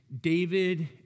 David